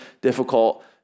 difficult